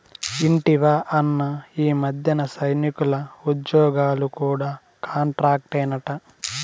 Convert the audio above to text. ఇంటివా అన్నా, ఈ మధ్యన సైనికుల ఉజ్జోగాలు కూడా కాంట్రాక్టేనట